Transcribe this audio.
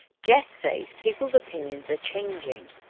jess says people's opinions are changing.